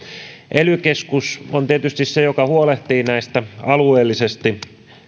ely keskus on tietysti se joka huolehtii näistä alueellisesti